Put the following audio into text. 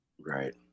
right